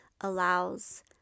allows